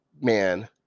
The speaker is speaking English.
man